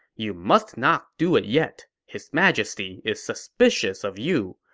you must not do it yet. his majesty is suspicious of you.